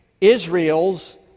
Israel's